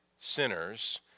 sinners